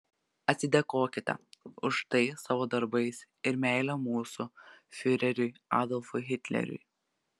atsidėkokite už tai savo darbais ir meile mūsų fiureriui adolfui hitleriui